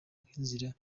nk’inzira